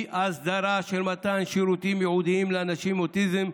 הסדרה של מתן שירותים ייעודיים לאנשים עם אוטיזם,